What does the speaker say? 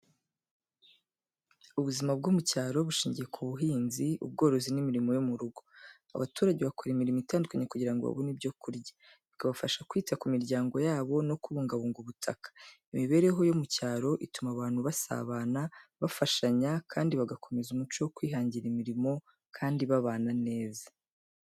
Ubuzima bwo mu cyaro bushingiye ku buhinzi, ubworozi n’imirimo yo mu rugo. Abaturage bakora imirimo itandukanye kugira ngo babone ibyo kurya, bikabafasha kwita ku miryango yabo no kubungabunga ubutaka. Imibereho yo mu cyaro ituma abantu basabana, bafashanya kandi bagakomeza umuco wo kwihangira imirimo, kandi babana neza.